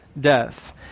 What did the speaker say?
death